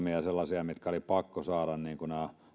muutamia sellaisia mitkä oli pakko saada niin kuin nämä